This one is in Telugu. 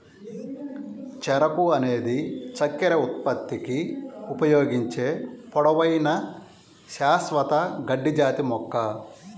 చెరకు అనేది చక్కెర ఉత్పత్తికి ఉపయోగించే పొడవైన, శాశ్వత గడ్డి జాతి మొక్క